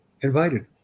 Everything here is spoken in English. invited